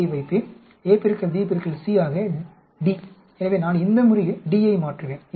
A B C ஆக D எனவே நான் இந்த முறையில் D யை மாற்றுவேன்